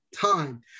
time